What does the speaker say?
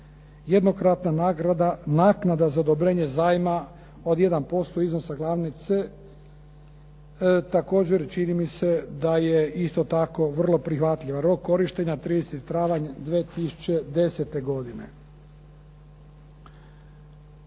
Jednokratna naknada za odobrenje zajma od 1% iznosa glavnice, također čini mi se da je isto tako vrlo prihvatljiva. Rok korištenja 30. travanj 2010. godine.